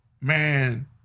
man